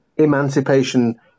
Emancipation